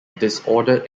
disordered